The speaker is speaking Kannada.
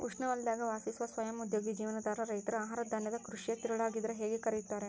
ಉಷ್ಣವಲಯದಾಗ ವಾಸಿಸುವ ಸ್ವಯಂ ಉದ್ಯೋಗಿ ಜೀವನಾಧಾರ ರೈತರು ಆಹಾರಧಾನ್ಯದ ಕೃಷಿಯ ತಿರುಳಾಗಿದ್ರ ಹೇಗೆ ಕರೆಯುತ್ತಾರೆ